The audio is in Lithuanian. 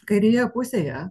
kairėje pusėje